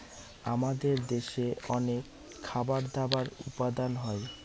আমাদের দেশে অনেক খাবার দাবার উপাদান হয়